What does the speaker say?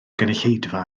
gynulleidfa